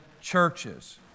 churches